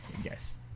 yes